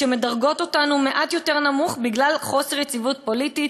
"שמדרגות אותנו מעט יותר נמוך בגלל חוסר יציבות פוליטית.